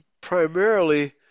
primarily